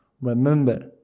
Remember